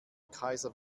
kaiser